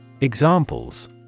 Examples